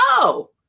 no